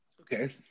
okay